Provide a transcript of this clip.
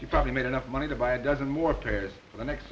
you probably made enough money to buy a dozen more pairs for the next